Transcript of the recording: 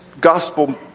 gospel